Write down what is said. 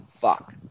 Fuck